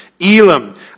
Elam